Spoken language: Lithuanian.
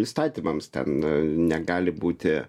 įstatymams ten a negali būti